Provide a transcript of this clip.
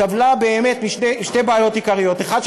סבלה באמת משתי בעיות עיקריות: האחת,